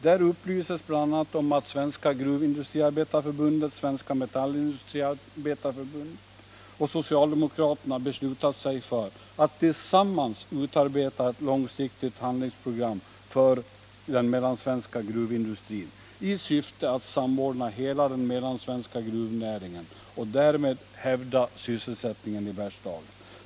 Där upplyses bl.a. om att Svenska gruvindustriarbetareförbundet, Svenska metallindustriarbetareförbundet och socialdemokraterna beslutat sig för att tillsammans utarbeta ett långsiktigt handlingsprogram för den mellansvenska gruvindustrin i syfte att samordna hela den mellansvenska gruvnäringen och därmed hävda sysselsättningen i Bergslagen.